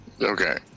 Okay